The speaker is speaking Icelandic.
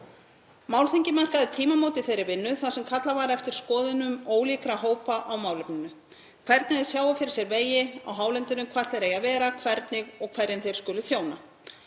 Málþingið markar tímamót í þeirri vinnu þar sem kallað var eftir skoðunum ólíkra hópa á málefninu, hvernig þeir sæju fyrir sér vegi á hálendinu, hvar þeir ættu að vera, hvernig og hverjum þeir skyldu þjóna.